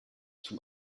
zum